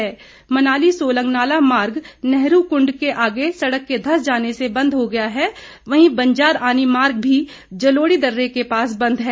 दूसरी ओर मनाली सोलंगनाला मार्ग नेहरू कृंड के आगे सड़क के धंस जाने से बंद हो गया है वहीं बंजार आनी मार्ग जलोड़ी दर्रे के पास बंद है